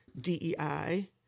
DEI